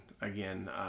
again